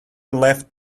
left